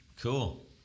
cool